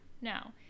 No